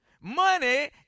money